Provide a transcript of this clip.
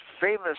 famous